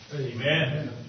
Amen